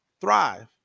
thrive